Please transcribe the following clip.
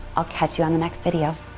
i'll catch you on the next video.